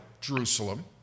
Jerusalem